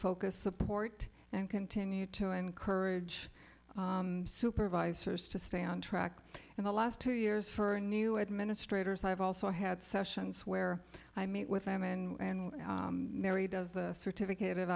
focus support and continue to encourage supervisors to stay on track and the last two years for new administrators i have also had sessions where i meet with them and mary does the certificate